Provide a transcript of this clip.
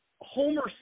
Homer